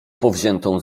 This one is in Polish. powziętą